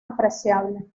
apreciable